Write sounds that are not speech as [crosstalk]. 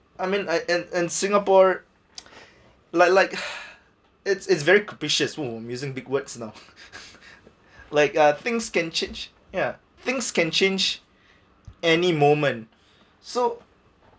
I mean I and and singapore [noise] like like [breath] it's it's very capricious !wah! using big words lah [laughs] like uh things can change ya things can change any moment so